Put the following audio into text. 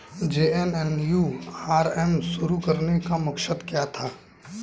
JNNURM शुरू करने का मकसद क्या था?